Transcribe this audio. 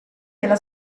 della